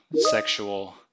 sexual